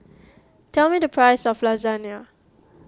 tell me the price of Lasagne